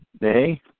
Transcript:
nay